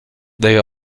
they